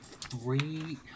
three